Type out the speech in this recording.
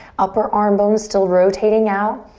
upper arm bones still rotating out.